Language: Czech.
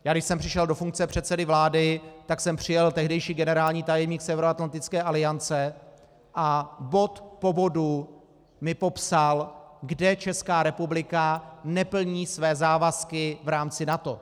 Když jsem přišel do funkce předsedy vlády, tak sem přijel tehdejší generální tajemník Severoatlantické aliance a bod po bodu mi popsal, kde Česká republika neplní své závazky v rámci NATO.